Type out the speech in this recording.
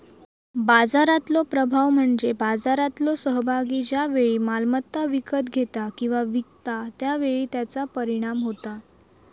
बाजारातलो प्रभाव म्हणजे बाजारातलो सहभागी ज्या वेळी मालमत्ता विकत घेता किंवा विकता त्या वेळी त्याचा परिणाम होता